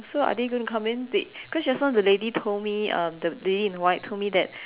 so are they gonna come in they cause just now the lady told me um the lady in white told me that